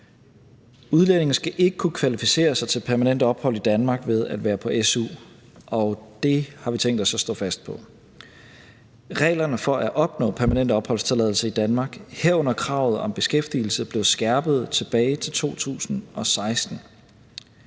Udlændinge skal ikke kunne kvalificere sig til permanent ophold i Danmark ved at være på su, og det har vi tænkt os at stå fast på. Reglerne for at opnå permanent opholdstilladelse i Danmark, herunder kravet om beskæftigelse, blev skærpet tilbage i 2016.